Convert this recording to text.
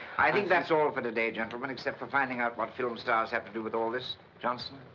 i think that's all for today, gentlemen, except for finding out what film stars have to do with all this. johnson?